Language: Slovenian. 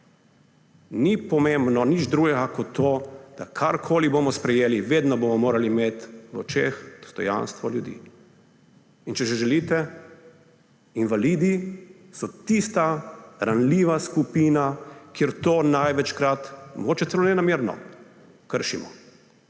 Ni pomembno nič drugega kot to, da karkoli bomo sprejeli, bomo vedno morali imeti pred očmi dostojanstvo ljudi. Če želite, invalidi so tista ranljiva skupina, kjer to največkrat, mogoče celo nenamerno, kršimo.